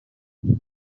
uyu